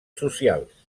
socials